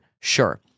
Sure